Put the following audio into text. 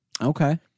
Okay